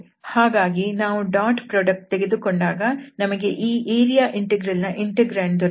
ಹಾಗಾಗಿ ನಾವು dot product ತೆಗೆದುಕೊಂಡಾಗ ನಮಗೆ ಈ ಏರಿಯಾ ಇಂಟೆಗ್ರಲ್ನ ಇಂಟೆಗ್ರಾಂಡ್ ದೊರೆಯುತ್ತದೆ